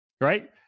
right